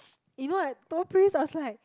you know I told Pris I was like